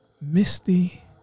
misty